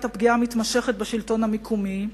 את הפגיעה המתמשכת בשלטון המקומי,